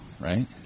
right